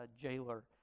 jailer